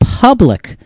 public